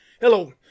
Hello